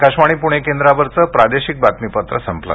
आकाशवाणी पुणे केंद्रावरचं प्रादेशिक बातमीपत्र संपलं